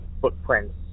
footprints